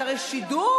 זה הרי שידור,